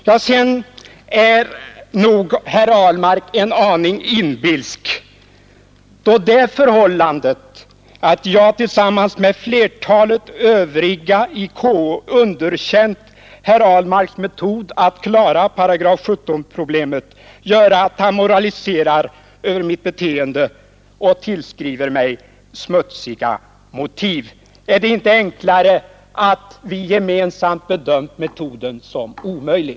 Vidare vill jag säga att herr Ahlmark är nog en aning inbilsk, då det förhållandet att jag tillsammans med flertalet övriga i konstitutionsutskottet underkänt herr Ahlmarks metod att klara problemet med 17 § ger honom anledning att moralisera över mitt beteende och tillskriva mig smutsiga motiv. Är det inte enklare att tänka sig att vi inom utskottet gemensamt bedömt metoden som omöjlig?